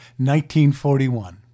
1941